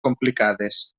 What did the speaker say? complicades